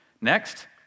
Next